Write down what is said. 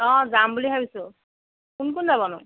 অ যাম বুলি ভাবিছোঁ কোন কোন যাবনো